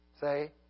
Say